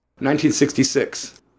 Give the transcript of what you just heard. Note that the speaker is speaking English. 1966